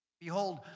Behold